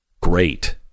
great